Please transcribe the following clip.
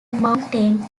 mountain